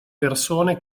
persone